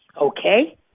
Okay